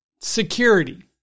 security